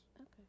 okay